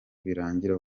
birangira